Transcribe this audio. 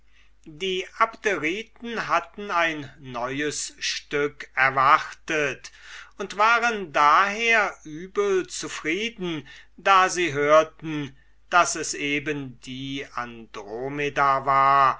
die abderiten hatten ein neues stück erwartet und waren daher übel zufrieden da sie hörten da es eben die andromeda war